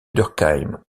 durkheim